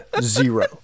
zero